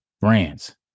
brands